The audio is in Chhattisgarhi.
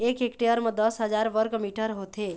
एक हेक्टेयर म दस हजार वर्ग मीटर होथे